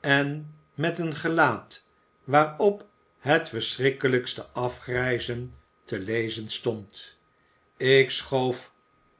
en met een gelaat waarop het verschrikkelijkste afgrijzen te lezen stond ik schoof